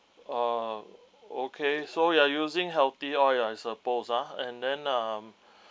um okay so you are using healthy or ya I suppose ah and then um